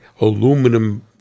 aluminum